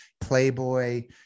playboy